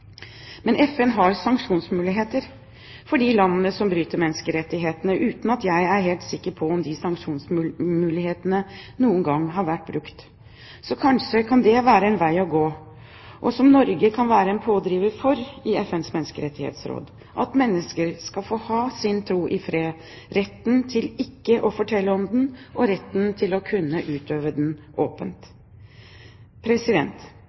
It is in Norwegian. Men FN har sanksjonsmuligheter for de landene som bryter menneskerettighetene, uten at jeg er helt sikker på om de sanksjonsmulighetene noen gang har vært brukt. Så kanskje kan det være en vei å gå og hvor Norge kan være en pådriver i FNs menneskerettighetsråd for at mennesker skal få ha sin tro i fred, rett til ikke å fortelle om den og rett til å kunne utøve den